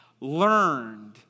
learned